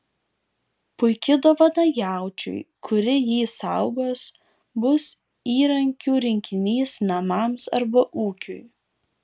puiki dovana jaučiui kuri jį saugos bus įrankių rinkinys namams arba ūkiui